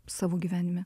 savo gyvenime